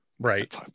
right